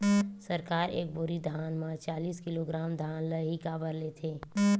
सरकार एक बोरी धान म चालीस किलोग्राम धान ल ही काबर लेथे?